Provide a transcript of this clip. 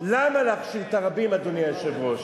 למה להכשיל את הרבים, אדוני היושב-ראש?